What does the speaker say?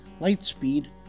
Lightspeed